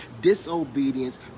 disobedience